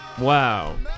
Wow